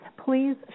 please